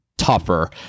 tougher